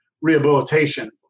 rehabilitation